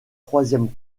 troisième